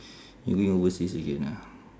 you going overseas again ah